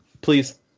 please